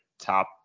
top